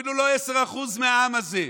אפילו לא 10% מהעם הזה?